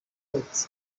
uti